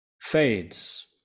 fades